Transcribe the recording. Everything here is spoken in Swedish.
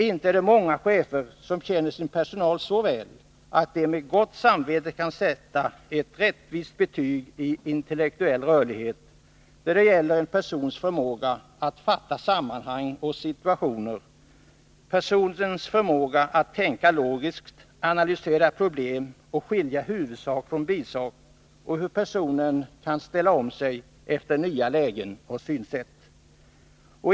Inte är det många chefer som känner sin personal så väl att de med gott samvete kan sätta ett rättvist betyg i intellektuell rörlighet, varvid det gäller en persons förmåga att fatta sammanhang och situationer, personens förmåga att tänka logiskt, analysera problem och skilja huvudsak från bisak och hur personen kan ställa om sig efter nya lägen och synsätt.